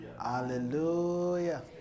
Hallelujah